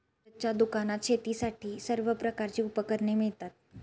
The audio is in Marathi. सूरजच्या दुकानात शेतीसाठीची सर्व प्रकारची उपकरणे मिळतात